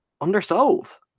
undersold